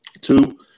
Two